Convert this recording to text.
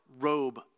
robe